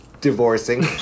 divorcing